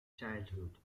childhood